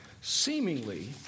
Seemingly